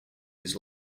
his